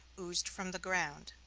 oozed from the ground.